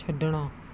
ਛੱਡਣਾ